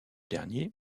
dernier